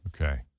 Okay